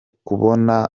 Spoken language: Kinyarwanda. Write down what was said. kubona